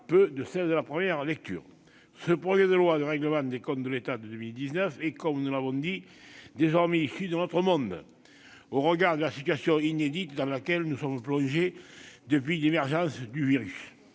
au cours de la première lecture. Ce projet de loi de règlement des comptes de l'État de 2019 est désormais, comme nous l'avons dit, issu d'un autre monde, au regard de la situation inédite dans laquelle nous sommes plongés depuis l'émergence du virus